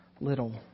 little